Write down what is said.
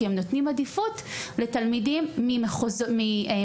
כי הם נותנים עדיפות לתלמידים ממועצות